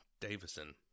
Davison